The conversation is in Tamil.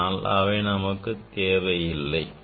ஆனால் அவை நமக்குத் தேவையில்லை